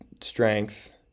strength